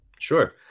Sure